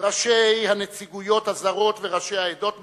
ראשי הנציגויות הזרות וראשי העדות בישראל,